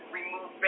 remove